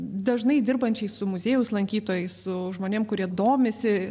dažnai dirbančiai su muziejaus lankytojai su žmonėm kurie domisi